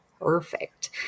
perfect